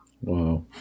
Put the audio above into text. Wow